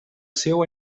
seu